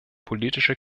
politische